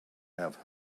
have